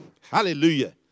Hallelujah